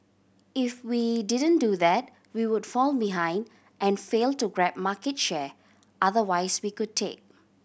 if we didn't do that we would fall behind and fail to grab market share otherwise we could take